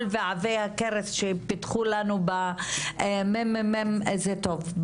ועבה הכרס שפיתחו לנו ב-ממ"מ זה טוב.